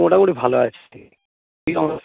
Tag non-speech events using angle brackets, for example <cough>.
মোটামুটি ভালো আছি তুই কেমন <unintelligible>